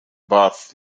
birth